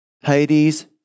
hades